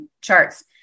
charts